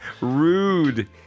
rude